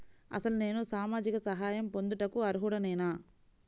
అసలు నేను సామాజిక సహాయం పొందుటకు అర్హుడనేన?